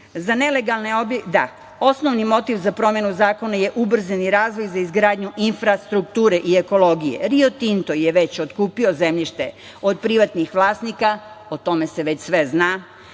Idemo dalje. Osnovni motiv za promenu zakona je ubrzani razvoj za izgradnju infrastrukture i ekologije. "Rio Tinto" je već otkupio zemljište od privatnih vlasnika, o tome se već sve zna,